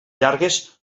llargues